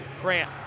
Grant